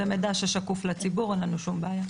מותר לי להגיד כי זה מידע ששקוף לציבור אז אין לנו שום בעיה.